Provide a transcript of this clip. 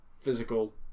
physical